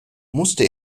musste